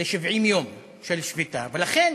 ל-70 יום של שביתה, ולכן